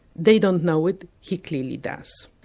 they don't know it, he clearly does.